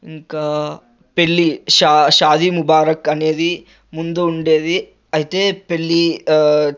ఇంకా పెళ్ళి షా షాదీ ముబారక్ అనేది ముందు ఉండేది అయితే పెళ్ళి